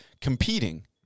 competing